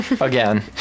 Again